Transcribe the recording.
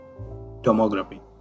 tomography